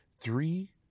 three